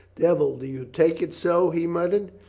devil, do you take it so? he mut tered.